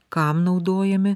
kam naudojami